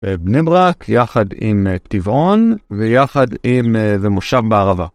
בני ברק, יחד עם טבעון ויחד אם זה מושב בערבה.